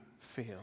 feel